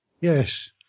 Yes